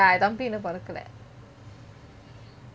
ya தம்பி இன்னும் பொறக்கலே:thambi innum porakeleh